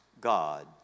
God